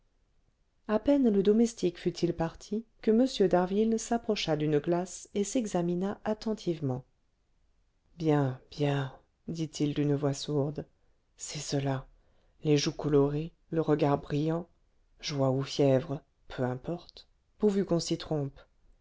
à peine le domestique fut-il parti que m d'harville s'approcha d'une glace et s'examina attentivement bien bien dit-il d'une voix sourde c'est cela les joues colorées le regard brillant joie ou fièvre peu importe pourvu qu'on s'y trompe